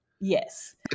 Yes